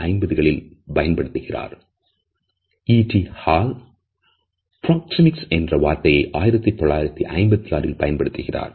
hall Proxemics என்ற வார்த்தையை 1956ல் பயன்படுத்தினார்